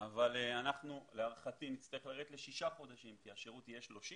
אבל להערכתי כי נצטרך לרדת לשישה חודשים כי השירות יהיה 30 חודשים